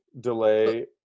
delay